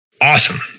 Awesome